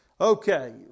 Okay